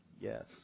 Yes